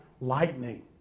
lightning